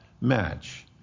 match